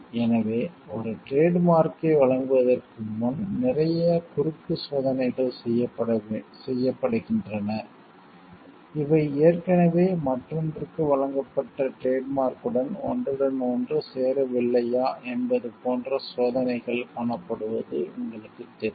எனவே ஒரு டிரேட் மார்க்யை வழங்குவதற்கு முன் நிறைய குறுக்கு சோதனைகள் செய்யப்படுகின்றன இவை ஏற்கனவே மற்றொன்றுக்கு வழங்கப்பட்ட டிரேட் மார்க்யுடன் ஒன்றுடன் ஒன்று சேரவில்லையா என்பது போன்ற சோதனைகள் காணப்படுவது உங்களுக்குத் தெரியும்